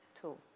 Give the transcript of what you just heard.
tool